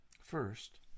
First